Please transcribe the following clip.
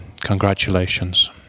congratulations